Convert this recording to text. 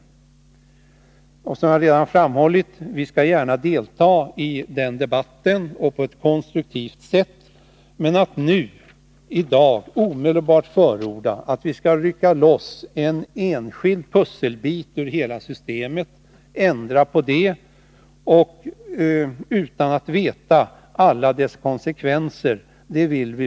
Från utskottsmajoritetens sida skall vi, som jag redan framhållit, på ett konstruktivt sätt delta i den debatt som då blir aktuell, men vi vill inte i dag förorda att vi skall ta bort en enskild pusselbit från hela systemet och ändra på detta utan att veta vilka konsekvenser detta skulle få.